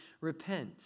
repent